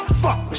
fuck